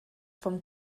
vom